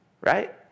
right